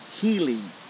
healing